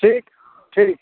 ठीक ठीक